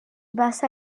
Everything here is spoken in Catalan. basa